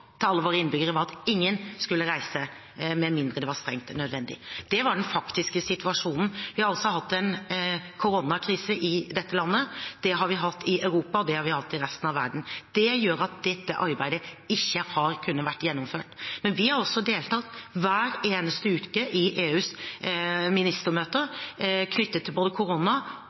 til alle våre innbyggere var at ingen skulle reise med mindre det var strengt nødvendig. Det var den faktiske situasjonen. Vi har hatt en koronakrise i dette landet. Det har vi hatt i Europa. Det har vi hatt i resten av verden. Det gjør at dette arbeidet ikke har kunnet bli gjennomført. Men vi har deltatt hver eneste uke i EUs ministermøter knyttet til både korona